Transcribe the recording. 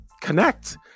connect